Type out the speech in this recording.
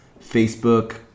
Facebook